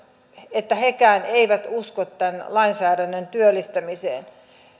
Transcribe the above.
että hekään eivät usko tämän lainsäädännön työllistämiseen